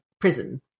prison